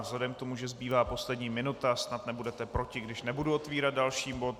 Vzhledem k tomu, že zbývá poslední minuta, snad nebudete proti, když nebudu otvírat další bod.